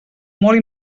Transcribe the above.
molt